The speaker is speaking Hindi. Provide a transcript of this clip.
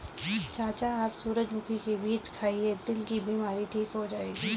चाचा आप सूरजमुखी के बीज खाइए, दिल की बीमारी ठीक हो जाएगी